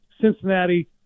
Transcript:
Cincinnati –